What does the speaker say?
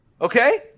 Okay